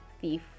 thief